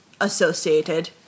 associated